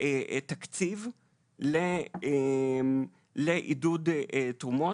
תקציב לעידוד תרומות.